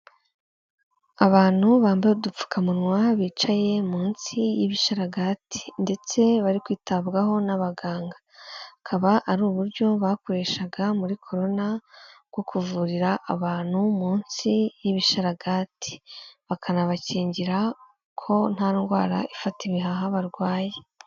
Abantu bambaye udupfukamunwa bicaye munsi y'ibisharagati ndetse bari kwitabwaho n'abaganga. Akaba ari uburyo bakoreshaga muri corona bwo kuvurira abantu munsi y'ibisharagati, bakanabakingira ko nta ndwara ifata ibihaha barwaye.